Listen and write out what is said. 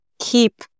keep